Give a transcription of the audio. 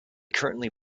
currently